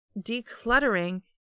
decluttering